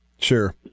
Sure